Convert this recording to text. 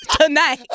tonight